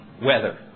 weather